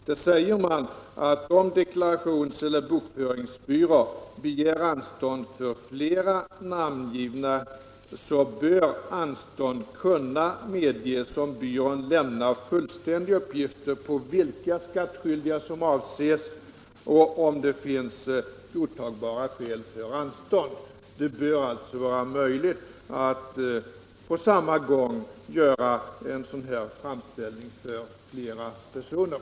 Herr talman! Jag ar att de problem som kan uppkomma är möjliga Onsdagen den att lösa genom en individuell ansökan. Jag vill på herr Börjessons direkta 9 februari 1977 fråga återge ett par rader ur det brev som nyss har gått ut från riks= ==, skatteverket till skattechefer och fögderichefer. Där säger man att om Om ett generellt deklarations eller bokföringsbyrå begär anstånd för flera namngivna bör — anstånd med anstånd kunna medges om byrån lämnar fullständiga uppgifter om vilka — avlämnande av skattskyldiga som avses och om det finns godtagbara skäl för anstånd. = självdeklaration till Det bör alltså vara möjligt att på samma gång göra en framställning innevarande års för flera personer.